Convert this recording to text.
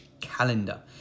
calendar